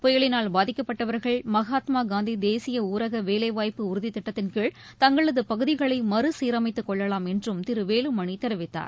புயலினால் பாதிக்கப்பட்டவர்கள் மகாத்மாகாந்திதேசியஊரகவேலைவாய்ப்பு உறுதித் திட்டத்தின்கீழ் தங்களதுபகுதிகளைமறுசீரமைத்துக் கொள்ளலாம் என்றும் திருவேலுமணிதெரிவித்தார்